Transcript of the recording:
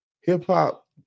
Hip-hop